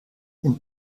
wenn